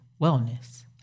wellness